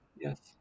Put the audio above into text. yes